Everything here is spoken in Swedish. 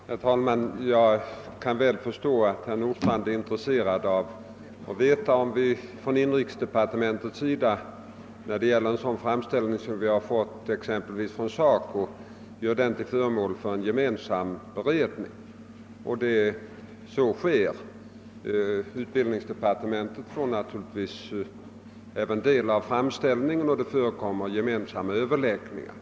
Herr talman! Jag kan väl förstå att herr Nordstrandh är intresserad av att få veta om vi från inrikesdepartementets sida, när det gäller en sådan framställning som vi har fått exempelvis från SACO, gör den till föremål för en gemensam beredning. Jag kan tala om att så sker. Utbildningsdepartementet får naturligtvis även del av framställningen, och det förekommer gemensamma överläggningar.